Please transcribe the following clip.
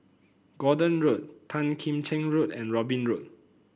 Gordon Road Tan Kim Cheng Road and Robin Road